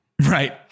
Right